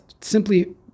simply